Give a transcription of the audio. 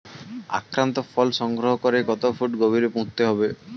আক্রান্ত ফল সংগ্রহ করে কত ফুট গভীরে পুঁততে হবে?